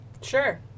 Sure